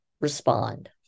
respond